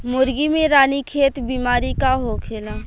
मुर्गी में रानीखेत बिमारी का होखेला?